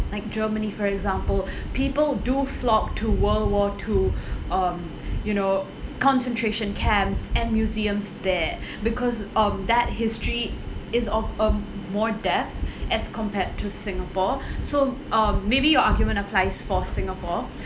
like germany for example people do flock to world war two um you know concentration camps and museums there because of that history is of a more depth as compared to singapore so um maybe your argument applies for singapore